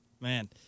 Man